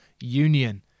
union